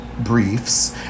briefs